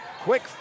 Quick